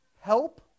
help